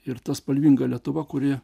ir ta spalvinga lietuva kuri